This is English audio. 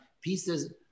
pieces